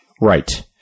right